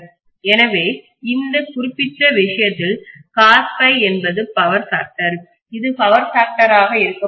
எனவே இந்த குறிப்பிட்ட விஷயத்தில் காஸ் ஃபை என்பது பவர் ஃபேக்டர் இது பவர் ஃபேக்டராக இருக்கப்போகிறது